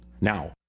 Now